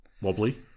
Wobbly